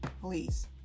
please